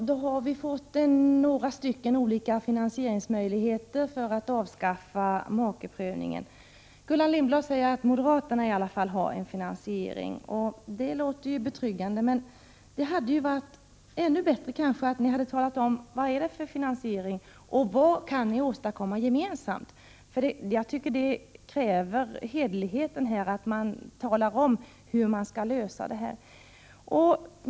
Herr talman! Vi har nu fått redovisade ett par olika finansieringsmöjligheter vad gäller avskaffande av äktamakeprövningen. Gullan Lindblad säger att i varje fall moderaterna har ett finansieringsförslag, och det låter betryggande. Det hade dock varit ännu bättre om ni hade talat om hur förslaget ser ut och vad ni skulle kunna åstadkomma gemensamt. Hederligheten kräver att man talar om hur man skall lösa detta.